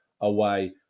away